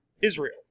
Israel